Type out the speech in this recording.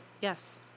Yes